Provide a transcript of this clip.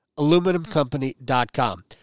Aluminumcompany.com